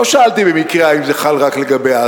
לא שאלתי במקרה אם זה חל רק על עזה.